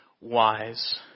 wise